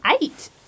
eight